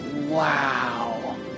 Wow